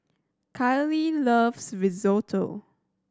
Kylie loves Risotto